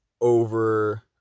over